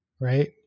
right